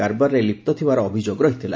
କାରବାରରେ ଲିପ୍ତ ଥିବାର ଅଭିଯୋଗ ରହିଥିଲା